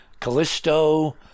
Callisto